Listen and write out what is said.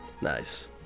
Nice